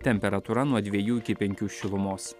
temperatūra nuo dvejų iki penkių šilumos